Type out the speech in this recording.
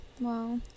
wow